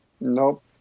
nope